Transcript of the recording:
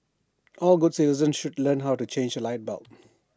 all good citizens should learn how to change A light bulb